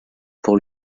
pour